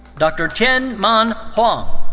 dr. tien manh hoang.